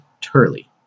Turley